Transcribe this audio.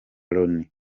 loni